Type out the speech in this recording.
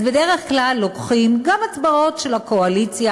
אז בדרך כלל לוקחים גם הצבעות של הקואליציה